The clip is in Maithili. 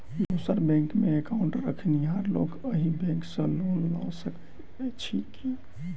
दोसर बैंकमे एकाउन्ट रखनिहार लोक अहि बैंक सँ लोन लऽ सकैत अछि की?